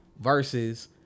versus